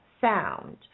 sound